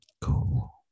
Cool